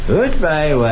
Goodbye